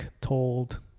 told